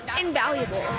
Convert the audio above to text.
invaluable